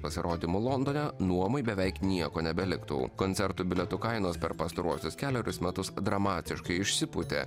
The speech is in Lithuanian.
pasirodymų londone nuomai beveik nieko nebeliktų koncertų bilietų kainos per pastaruosius kelerius metus dramatiškai išsipūtė